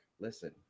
listen